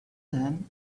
then